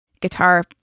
guitar